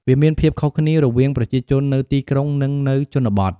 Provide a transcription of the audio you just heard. វាមានភាពខុសគ្នារវាងប្រជាជននៅទីក្រុងនិងនៅជនបទ។